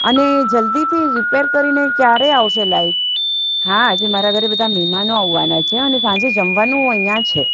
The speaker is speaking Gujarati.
અને જલ્દીથી રિપેર કરીને ક્યારે આવશે લાઈટ હા આજે મારા ઘરે બધા મહેમાનો આવવાના છે અને સાંજે જમવાનું અહીંયા છે